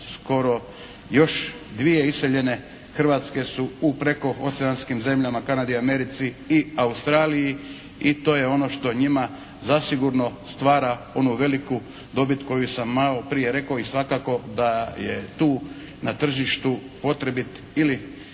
skoro još dvije iseljene Hrvatske su u preko oceanskim zemljama Kanadi i Americi i Australiji i to je ono što njima zasigurno stvara onu veliku dobit koju sam malo prije rekao i svakako da je tu na tržištu potrebit ili